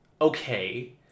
okay